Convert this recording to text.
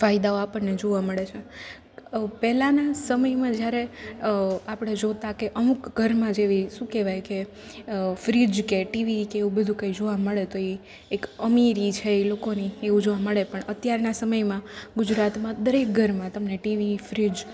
ફાયદાઓ આપણને જોવા મળે છે પહેલાંના સમયમાં જ્યારે આપણે જોતાં કે અમુક ઘરમાં જ એવી શું કહેવાય કે ફ્રિજ કે ટીવી કે એવું બધુ કંઈ જોવા મળે તો એ એક અમીરી છે એ લોકોની એવું જોવા મળે પણ અત્યારના સમયમાં ગુજરાતમાં દરેક ઘરમાં તમને ટીવી ફ્રિજ